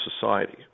society